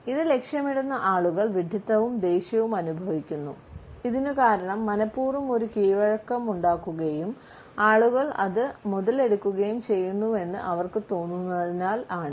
ഇത് ലക്ഷ്യമിടുന്ന ആളുകൾ വിഡ്ഢിത്തവും ദേഷ്യവും അനുഭവിക്കുന്നു ഇതിനു കാരണം മനപൂർവ്വം ഒരു കീഴ്വഴക്കമുണ്ടാക്കുകയും ആളുകൾ അത് മുതലെടുക്കുകയും ചെയ്യുന്നുവെന്ന് അവർക്ക് തോന്നുന്നതിനാൽ ആണ്